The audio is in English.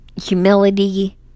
Humility